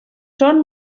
són